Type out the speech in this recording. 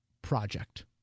Project